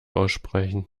aussprechen